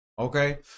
Okay